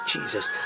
Jesus